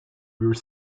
were